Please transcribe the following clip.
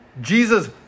Jesus